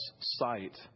sight